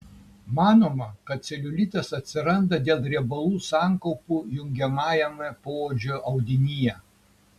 manoma kad celiulitas atsiranda dėl riebalų sankaupų jungiamajame poodžio audinyje